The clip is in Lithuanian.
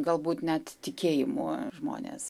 galbūt net tikėjimų žmonės